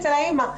אצל האימא.